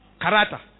Karata